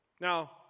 Now